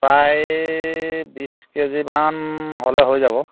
প্ৰায় বিশ কেজিমান হ'লে হৈ যাব